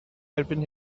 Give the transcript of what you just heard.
erbyn